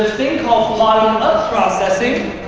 thing called bottom-up processing,